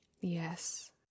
Yes